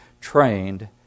trained